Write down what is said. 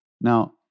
Now